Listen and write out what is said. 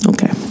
Okay